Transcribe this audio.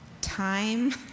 time